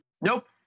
Nope